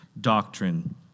doctrine